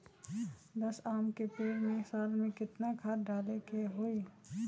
दस आम के पेड़ में साल में केतना खाद्य डाले के होई?